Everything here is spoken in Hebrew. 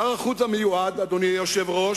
שר החוץ המיועד, אדוני היושב-ראש,